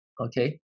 okay